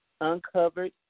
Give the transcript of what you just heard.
Uncovered